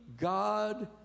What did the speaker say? God